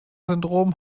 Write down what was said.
syndrom